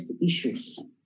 issues